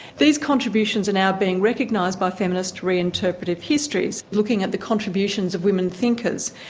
these contributions are now being recognised by feminist reinterpretative histories looking at the contributions of women thinkers.